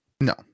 No